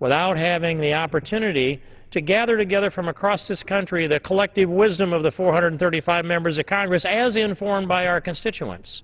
without having the opportunity to gather together from across this country the collective wisdom of the four hundred and thirty five members of congress as informed by our constituents.